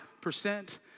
percent